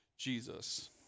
Jesus